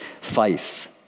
faith